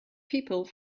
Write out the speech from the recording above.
people